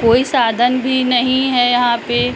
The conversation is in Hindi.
कोई साधन भी नहीं है यहाँ पर